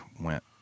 went